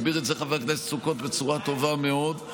הסביר את זה חבר הכנסת סוכות בצורה טובה מאוד.